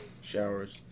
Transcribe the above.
showers